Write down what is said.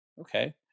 Okay